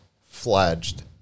fledged